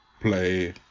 play